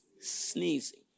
sneezing